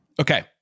Okay